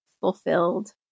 fulfilled